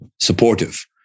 supportive